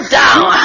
down